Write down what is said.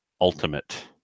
Ultimate